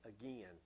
again